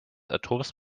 atoms